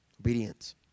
obedience